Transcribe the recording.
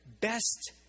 Best